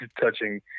touching